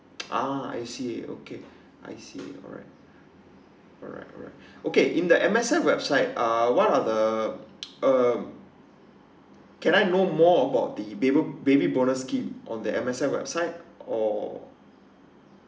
ah I see okay I see alright alright alright okay in the M_S_F website uh what are the uh can I know more about the baby baby bonus scheme on that M_S_F website or